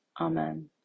Amen